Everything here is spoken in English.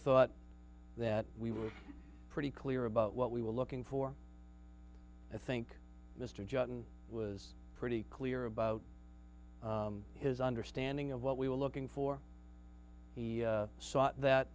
thought that we were pretty clear about what we were looking for i think mr johnson was pretty clear about his understanding of what we were looking for he saw that